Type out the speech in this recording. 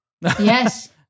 Yes